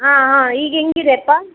ಹಾಂ ಹಾಂ ಈಗ ಹೆಂಗಿದೆಪ್ಪ